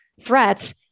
threats